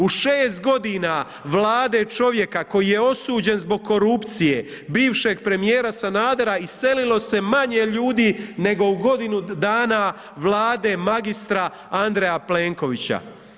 U 6 godina Vlade čovjeka koji je osuđen zbog korupcije, bivšeg premijera Sanader iselilo se manje ljudi nego u godinu dana Vlade magistra Andreja Plenkovića.